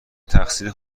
تقصیر